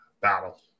battle